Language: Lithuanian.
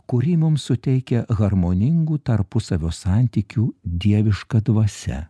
kurį mums suteikia harmoningų tarpusavio santykių dieviška dvasia